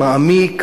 מעמיק,